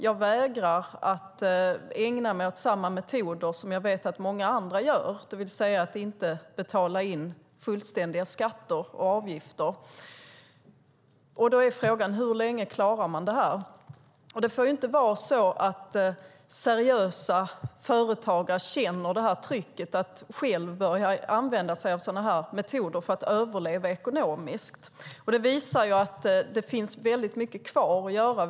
De vägrar att ägna sig åt samma metoder som de vet att många andra gör, det vill säga att inte betala in fullständiga skatter och avgifter. Hur länge klarar de detta? Seriösa företagare ska inte behöva känna trycket att själva börja använda sig av sådana metoder för att överleva ekonomiskt. Det finns mycket kvar att göra.